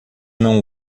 não